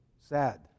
Sad